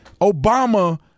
Obama